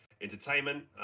Entertainment